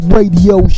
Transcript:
Radio